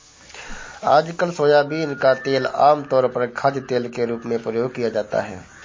आजकल सोयाबीन का तेल आमतौर पर खाद्यतेल के रूप में प्रयोग किया जाता है